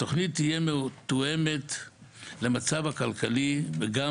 התוכנית תהיה מתואמת למצב הכלכלי וגם